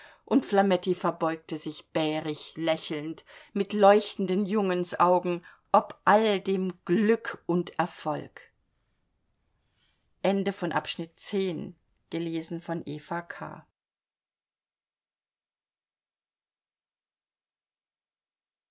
und flametti verbeugte sich bärig lächelnd mit leuchtenden jungensaugen ob all dem glück und erfolg